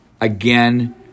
again